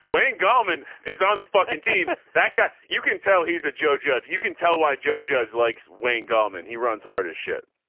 wayne gallman is on the fucking team. that guy you can tell. he's a joe judge. you can tell why joe judge likes wayne gallman. he runs hard as shit.